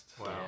Wow